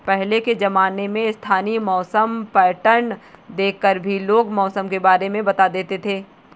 पहले के ज़माने में स्थानीय मौसम पैटर्न देख कर भी लोग मौसम के बारे में बता देते थे